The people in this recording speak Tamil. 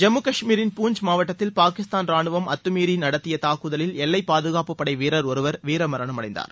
ஜம்மு கஷ்மீரின் பூஞ்ச் மாவட்டத்தில் பாகிஸ்தான் ரானுவம் அத்தமீறி நடத்திய தாக்குதலில் எல்லை பாதுகாப்புப் படை வீரர் ஒருவர் வீரமரணமடைந்தார்